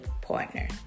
partner